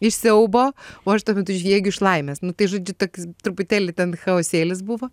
iš siaubo o aš tuo metu žviegiu iš laimės nu tai žodžiu toks truputėlį ten chaosėlis buvo